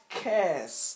cares